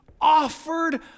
offered